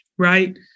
right